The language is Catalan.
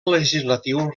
legislatiu